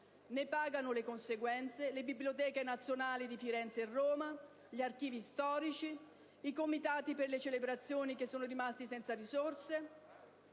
Ne pagano le conseguenze le biblioteche nazionali di Firenze e Roma, gli archivi storici, i comitati per le celebrazioni, che sono rimasti senza risorse,